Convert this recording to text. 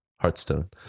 Hearthstone